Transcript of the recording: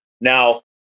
Now